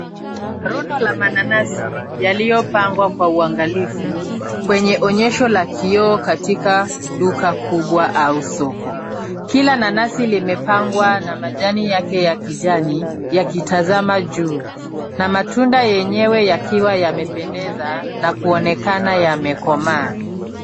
Rundo la mananasi yaliyopangwa kwa uangalifu kwenye onyesho la kioo katika duka kubwa au soko. Kila nanasi limepangwa na majani yake ya kijani yakitazama juu na matunda yenyewe yakiwa yamependeza na kuonekana yamekomaa.